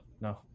No